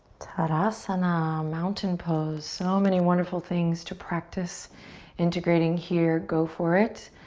tadasana, mountain pose. so many wonderful things to practice integrating here. go for it.